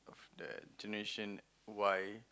the generation Y